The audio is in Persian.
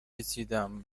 رسیدم